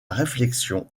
réflexion